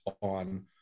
on